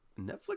Netflix